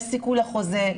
יש סיכוי לחוזה,